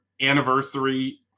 anniversary